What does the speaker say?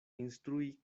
instrui